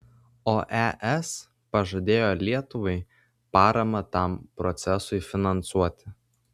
o es pažadėjo lietuvai paramą tam procesui finansuoti